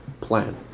plan